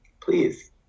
Please